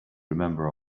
remember